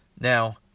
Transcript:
Now